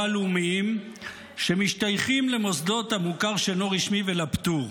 הלאומיים שמשתייכים למוסדות המוכר שאינו רשמי ולפטור.